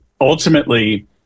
ultimately